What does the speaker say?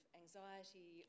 anxiety